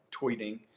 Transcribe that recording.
tweeting